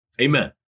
amen